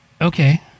okay